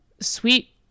Sweet-